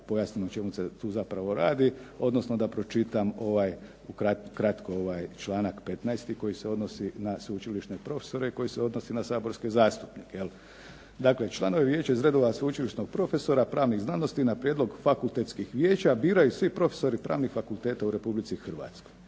pojasnim o čemu se tu zapravo radi, odnosno da pročitam ovaj, ukratko ovaj članak 15. koji se odnosi na sveučilišne profesore, koji se odnosi na saborske zastupnike jel. Dakle članovi vijeća iz redova sveučilišnog profesora pravnih znanosti na prijedlog fakultetskih vijeća biraju svi profesori pravnih fakulteta u Republici Hrvatskoj.